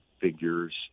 figures